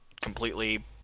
completely